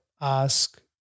ask